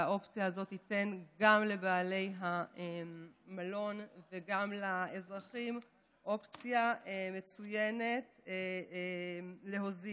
והאופציה הזאת תיתן גם לבעלי מלון וגם לאזרחים אופציה מצוינת להוזיל.